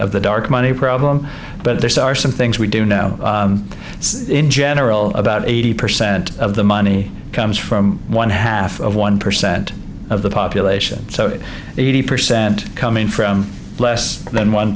of the dark money problem but there are some things we do know in general about eighty percent of the money comes from one half of one percent of the population so it eighty percent coming from less than one